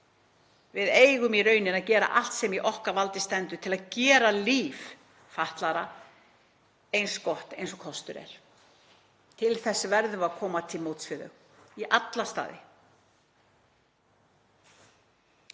Við eigum í rauninni að gera allt sem í okkar valdi stendur til að gera líf fatlaðra eins gott og kostur er. Til þess verðum við að koma til móts við þau í alla staði.